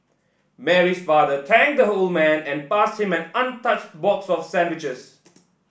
Mary's father thanked the old man and passed him an untouched box of sandwiches